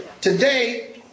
today